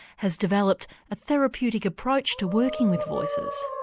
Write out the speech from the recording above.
has developed a therapeutic approach to working with voices.